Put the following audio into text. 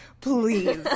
please